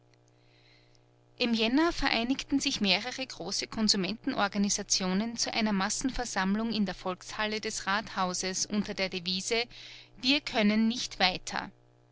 im januar vereinigten sich mehrere große konsumentenorganisationen zu einer massenversammlung in der volkshalle des rathauses unter der devise wir können nicht weiter